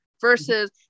versus